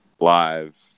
live